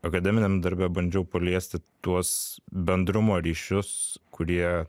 akademiniam darbe bandžiau paliesti tuos bendrumo ryšius kurie